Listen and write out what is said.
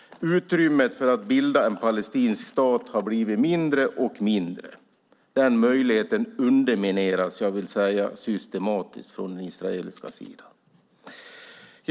Utrymmet för att bilda en palestinsk stat har blivit mindre och mindre. Möjligheten undermineras systematiskt från den israeliska sidan.